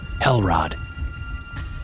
Hellrod